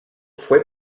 fue